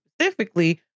specifically